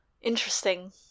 Interesting